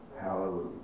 Hallelujah